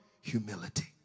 Humility